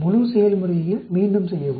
முழு செயல்முறையையும் மீண்டும் செய்யவும்